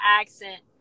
accent